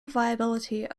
viability